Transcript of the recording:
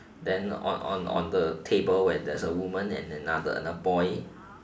then on on on the table where there's a woman and and and another boy